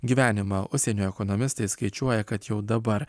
gyvenimą užsienio ekonomistai skaičiuoja kad jau dabar